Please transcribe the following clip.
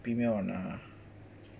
premier on ah